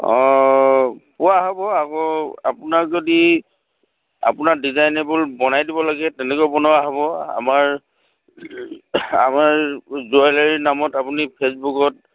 পোৱা হ'ব আকৌ আপোনাক যদি আপোনাৰ ডিজাইনেবল বনাই দিব লাগে তেনেকে বনোৱা হ'ব আমাৰ আমাৰ জুৱেলাৰীৰ নামত আপুনি ফেচবুকত